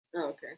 okay